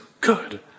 good